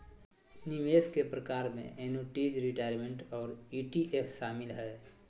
निवेश के प्रकार में एन्नुटीज, रिटायरमेंट और ई.टी.एफ शामिल हय